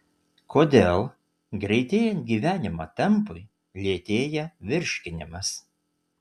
kodėl greitėjant gyvenimo tempui lėtėja virškinimas